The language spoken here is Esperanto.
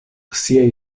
siaj